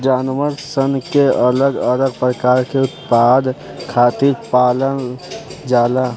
जानवर सन के अलग अलग प्रकार के उत्पाद खातिर पालल जाला